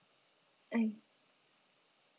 I